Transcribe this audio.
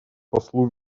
послу